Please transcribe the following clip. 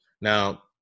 Now